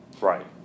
Right